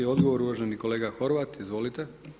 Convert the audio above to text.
Odgovor uvaženi kolega Horvat, izvolite.